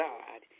God